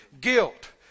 Guilt